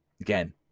again